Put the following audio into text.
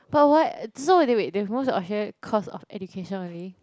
but what so they wait they move to Australia cause of education only